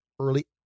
early